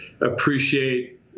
appreciate